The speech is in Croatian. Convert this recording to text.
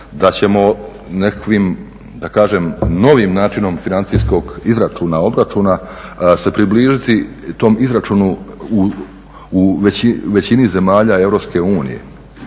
da ćemo nekakvim da kažem novim načinom financijskog izračuna, obračuna se približiti tom izračunu u većini zemalja